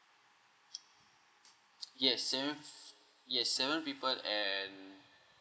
yes sev~ yes seven people and